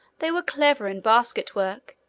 they were clever in basket-work,